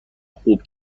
خوب